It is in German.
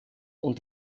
und